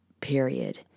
period